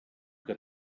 que